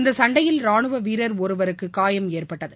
இந்த சண்டையில் ராணுவ வீரர் ஒருவருக்கு காயம் ஏற்பட்டது